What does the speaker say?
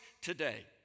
today